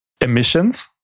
Emissions